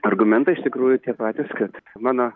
argumentai iš tikrųjų tie patys kad mano